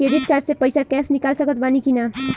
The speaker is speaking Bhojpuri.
क्रेडिट कार्ड से पईसा कैश निकाल सकत बानी की ना?